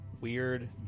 weird